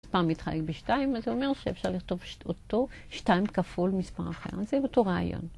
מספר מתחלק בשתיים, אז זה אומר שאפשר לכתוב אותו שתיים כפול מספר אחר, זה אותו רעיון.